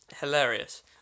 hilarious